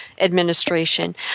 administration